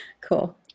cool